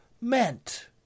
meant